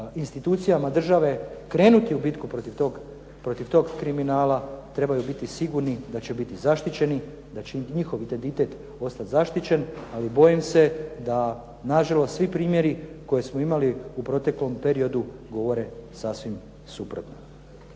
institucijama države krenuti u bitku protiv tog kriminala trebaju biti sigurni da biti zaštićeni, da će njihov identitet ostati zaštićen ali bojim se da nažalost svi primjeri koje smo imali u proteklom periodu govore sasvim suprotno.